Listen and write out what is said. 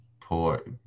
Poor